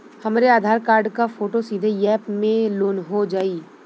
हमरे आधार कार्ड क फोटो सीधे यैप में लोनहो जाई?